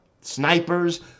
snipers